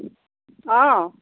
অঁ